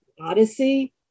Odyssey